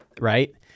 right